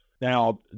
Now